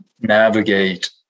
navigate